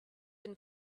been